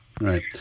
Right